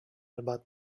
about